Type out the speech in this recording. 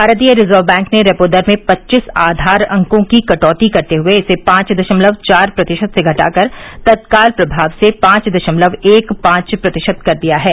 भारतीय reserve bank ने repo दर में पच्चीस आधार अंको की कटौती करते हुए इसे पांच दशमलव चार प्रतिशत से घटाकर तत्काल प्रभाव से पांच दशमलव एक पांच प्रतिशत कर दिया है